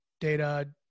data